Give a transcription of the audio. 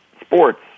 sports